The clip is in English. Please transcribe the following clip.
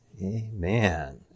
Amen